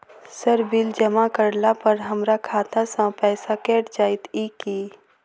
Sir bill जमा करला पर हमरा खाता सऽ पैसा कैट जाइत ई की?